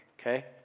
Okay